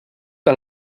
que